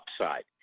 upside